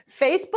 Facebook